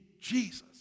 Jesus